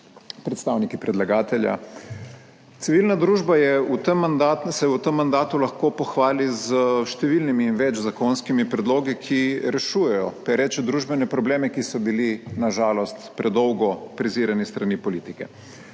predstavnikom predlagatelja! Civilna družba se v tem mandatu lahko pohvali s številnimi in več zakonskimi predlogi, ki rešujejo pereče družbene probleme, ki so bili na žalost predolgo prezrti s strani politike.